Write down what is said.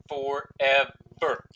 Forever